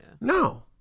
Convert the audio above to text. No